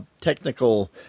technical